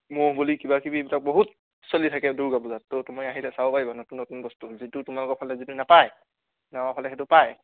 ম'হ বলি কিবা কিবি এইবিলাক বহুত চলি থাকে দূৰ্গা পূজাত তো তুমি আহিলে চাব পাৰিবা নতুন নতুন বস্তু যিটো তোমালোকৰ ফালে যিটো নেপায় আমাৰ ফালে সেইটো পায়